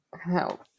Help